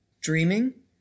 Dreaming